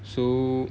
so